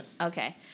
Okay